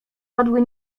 padły